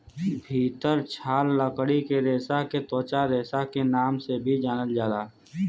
भितर छाल लकड़ी के रेसा के त्वचा रेसा के नाम से भी जानल जाला